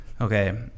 Okay